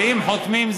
ואם חותמים,